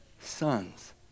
sons